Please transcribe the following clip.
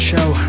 show